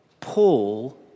Paul